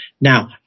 Now